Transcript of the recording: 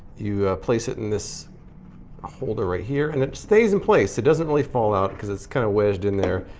you place it in this ah holder right here, and it stays in place. it doesn't really fall out because it's kind of wedged in there.